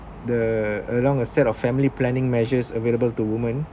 the along a set of family planning measures available to women